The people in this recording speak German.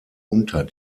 unter